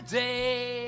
day